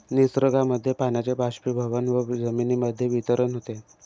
निसर्गामध्ये पाण्याचे बाष्पीभवन व जमिनीमध्ये वितरण होते